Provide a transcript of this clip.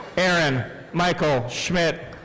aaron michael schmitt.